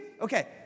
Okay